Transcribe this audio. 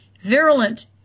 virulent